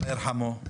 אללה ירחמו.